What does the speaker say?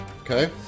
Okay